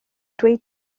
dweud